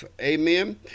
amen